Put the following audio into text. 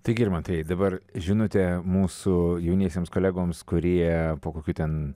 tai girmantai dabar žinutė mūsų jauniesiems kolegoms kurie po kokių ten